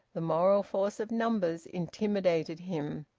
the moral force of numbers intimidated him.